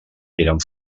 eren